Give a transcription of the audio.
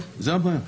זאת הבעיה.